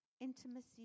Intimacy